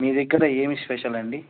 మీ దగ్గర ఎం స్పెషల్ అండి